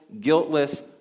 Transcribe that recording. guiltless